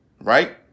Right